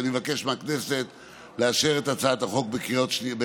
אני מבקש מהכנסת לאשר את הצעת החוק בקריאה